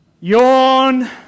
yawn